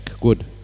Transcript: Good